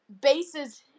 bases